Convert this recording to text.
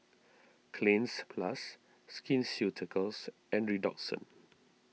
Cleanz Plus Skin Ceuticals and Redoxon